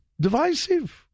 divisive